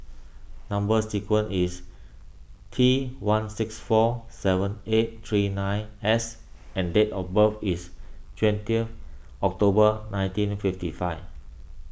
Number Sequence is T one six four seven eight three nine S and date of birth is twenty of October nineteen fifty five